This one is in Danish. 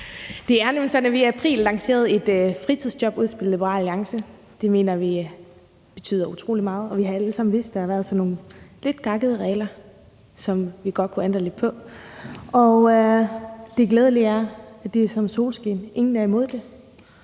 i april lancerede et fritidsjobudspil. Det mener vi betyder utrolig meget, og vi har alle sammen vidst, at der har været sådan nogle lidt gakkede regler, som vi godt kunne ændre lidt på. Det glædelige er, at det er som med solskin: Ingen er imod det.